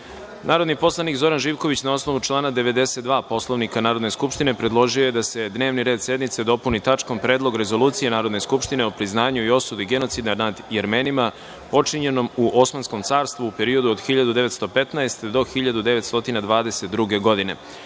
predlog. Narodni poslanik Zoran Živković, na osnovu člana 92. Poslovnika Narodne skupštine, predložio je da se dnevni red sednice dopuni tačkom – Predlog rezolucije Narodne skupštine o priznanju i osudi genocida nad Jermenima počinjenom u Osmanskom carstvu u periodu od 1915. do 1922. godine. Da